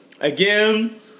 Again